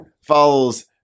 follows